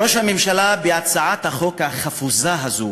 ראש הממשלה בהצעת החוק החפוזה הזאת